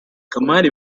kamali